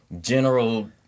general